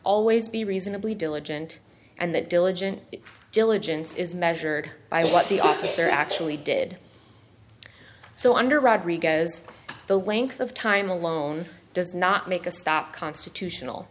always be reasonably diligent and that diligent diligence is measured by what the officer actually did so under rodriguez the length of time alone does not make a stop constitutional